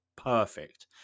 Perfect